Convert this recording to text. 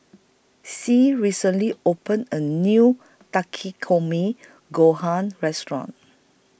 Sie recently opened A New Takikomi Gohan Restaurant